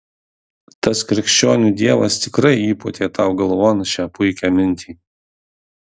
tas krikščionių dievas tikrai įpūtė tau galvon šią puikią mintį